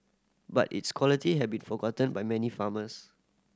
but its quality have been forgotten by many farmers